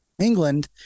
england